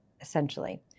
essentially